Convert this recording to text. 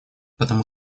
потому